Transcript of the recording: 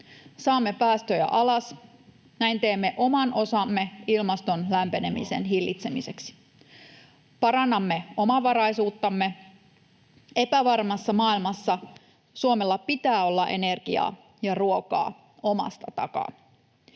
Saamme päästöjä alas — näin teemme oman osamme ilmaston lämpenemisen hillitsemiseksi. Parannamme omavaraisuuttamme — epävarmassa maailmassa Suomella pitää olla energiaa ja ruokaa omasta takaa.